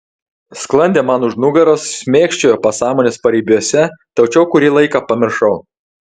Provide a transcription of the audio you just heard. sklandė man už nugaros šmėkščiojo pasąmonės paribiuose tačiau kurį laiką pamiršau